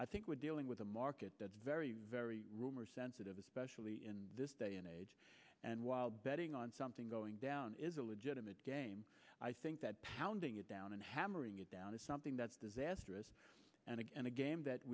i think we're dealing with a market that's very very rumor sensitive especially in this day and age and while betting on something going down is a legitimate game i think that pounding it down and hammering it down is something that's disastrous and again a game that